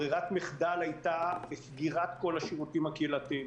ברירת המחדל היתה סגירת כל השירותים הקהילתיים.